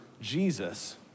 Jesus